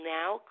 now